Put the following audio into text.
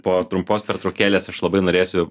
po trumpos pertraukėlės aš labai norėsiu